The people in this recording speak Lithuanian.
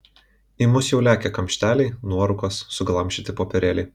į mus jau lekia kamšteliai nuorūkos suglamžyti popierėliai